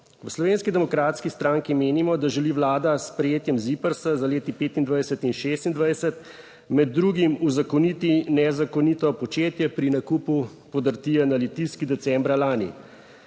V Slovenski demokratski stranki menimo, da želi Vlada s sprejetjem ZIPRS za leti 2025 in 2026 med drugim uzakoniti nezakonito početje pri nakupu podrtije na Litijski decembra lani.